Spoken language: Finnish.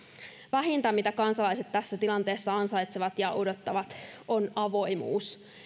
vähintä mitä kansalaiset tässä tilanteessa ansaitsevat ja odottavat on avoimuus